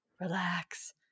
relax